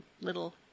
little